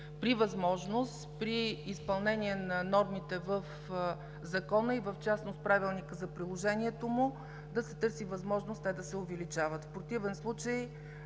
при възможност при изпълнение на нормите в Закона и в частност Правилника за приложението му, да се търси възможност те да се увеличават. В противен случай